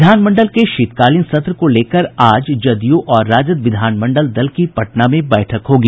विधान मंडल के शीतकालीन सत्र को लेकर आज जदयू और राजद विधानमंडल दल की पटना में बैठक होगी